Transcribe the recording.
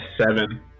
seven